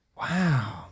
Wow